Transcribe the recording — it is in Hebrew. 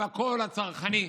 עם הקול הצרחני.